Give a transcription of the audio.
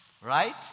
Right